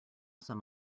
sum